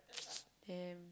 damn